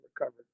recovered